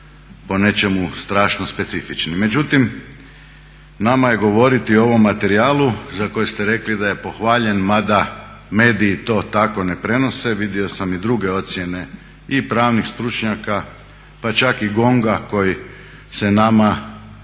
po nečemu strašno specifični. Međutim, nama je govoriti o ovom materijalu za koji ste rekli da je pohvaljen, mada mediji to tako ne prenose, vidio sam i druge ocjene i pravnih stručnjaka, pa čak i GONG-a koji se nama obratio